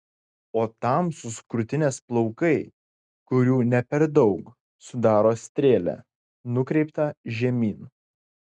o tamsūs krūtinės plaukai kurių ne per daug sudaro strėlę nukreiptą žemyn